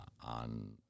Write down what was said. On